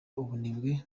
ubunebwe